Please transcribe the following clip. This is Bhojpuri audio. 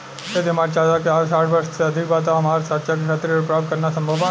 यदि हमार चाचा के आयु साठ वर्ष से अधिक बा त का हमार चाचा के खातिर ऋण प्राप्त करना संभव बा?